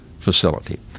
facility